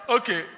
Okay